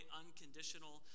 unconditional